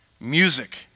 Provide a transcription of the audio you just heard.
Music